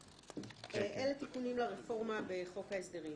כן, בכפוף לחתימה על ההסכם.